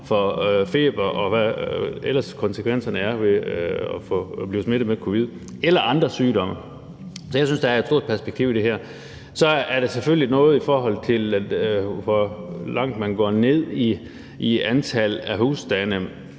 får feber, og hvad konsekvenserne ellers er ved at blive smittet med covid-19 eller andre sygdomme. Så jeg synes, der er et stort perspektiv i det her. Så er der selvfølgelig noget, i forhold til hvor langt man går ned i antal af husstande